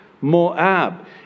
Moab